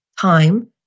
time